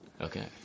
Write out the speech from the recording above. Okay